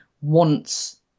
wants